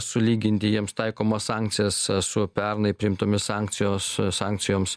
sulyginti jiems taikomas sankcijas su pernai priimtomis sankcijos sankcijoms